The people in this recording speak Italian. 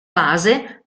base